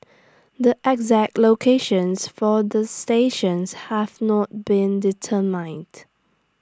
the exact locations for the stations have not been determined